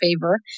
favor